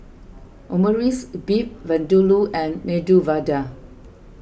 Omurice Beef Vindaloo and Medu Vada